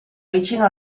vicino